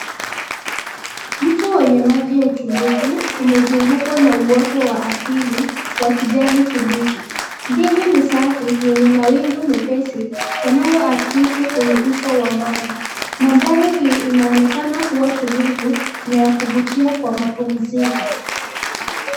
Mto wenye maji ya utulivu, umezungukwa na uoto wa asili, wa kijani kibichi, mbingu ni safi yenye mawingu mepesi, yanayoakisi kwenye uso wa maji, mandhari hii inaonekana kuwa tulivu, na yakuvutia kwa mapumziko.